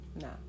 no